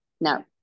No